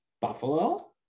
buffalo